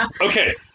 Okay